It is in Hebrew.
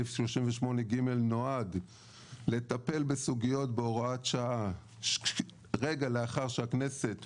סעיף 38.ג נועד לטפל בסוגיות בהוראת שעה רגע לאחר שהכנסת פוזרה,